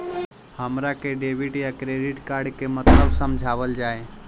हमरा के डेबिट या क्रेडिट कार्ड के मतलब समझावल जाय?